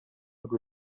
would